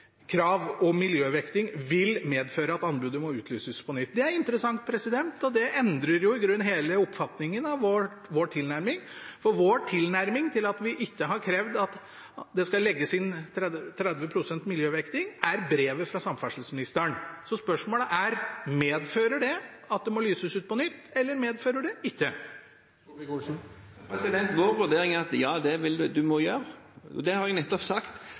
krav om miljøvekting vil medføre at anbudet må utlyses på nytt. Det er interessant, og det endrer i grunnen hele oppfatningen av vår tilnærming, for vår tilnærming til at vi ikke har krevd at det skal legges inn 30 pst. miljøvekting, er brevet fra samferdselsministeren. Spørsmålet er: Medfører det at det må lyses ut på nytt, eller medfører det ikke det? Vår vurdering er at ja, det må en gjøre, og det har jeg nettopp sagt.